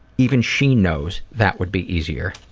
even she knows that would be easier.